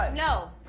um no.